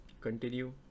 continue